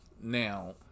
now